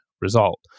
result